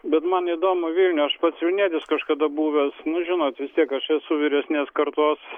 bet man įdomu vilniuj aš pats vilnietis kažkada buvęs nu žinot vis tiek aš esu vyresnės kartos